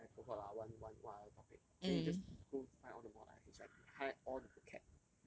and I forgot lah one one one other topic then you just go find all the model essays right you highlight all the vocab